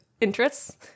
interests